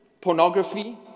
pornography